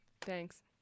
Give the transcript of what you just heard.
Thanks